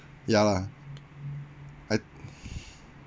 ya lah I